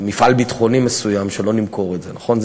מפעל ביטחוני מסוים, שלא נמכור את זה, נכון?